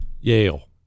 Yale